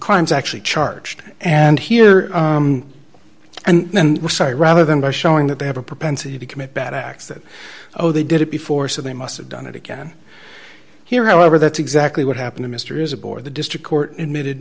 crimes actually charged and here and sorry rather than by showing that they have a propensity to commit bad acts that oh they did it before so they must have done it again here however that's exactly what happened to mr is aboard the district court emitted